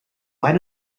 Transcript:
might